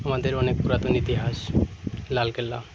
আমাদের অনেক পুরাতন ইতিহাস লাল কেল্লা